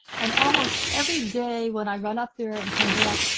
and almost every day when i run up there and come back,